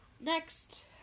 next